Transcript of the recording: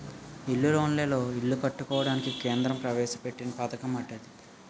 ఇల్లు లేనోళ్లు ఇల్లు కట్టుకోవడానికి కేంద్ర ప్రవేశపెట్టిన పధకమటిది